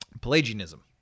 Pelagianism